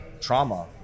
trauma